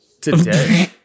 Today